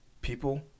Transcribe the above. people